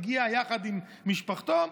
הגיע יחד עם משפחתו,